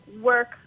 work